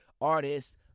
artists